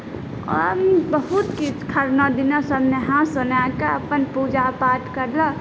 आओर बहुत किछु खरना दिना सब नहा सोनाकऽ अपन पूजा पाठ करलक